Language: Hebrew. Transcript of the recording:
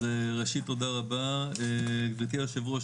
אז ראשית, תודה רבה, גברתי היושב ראש.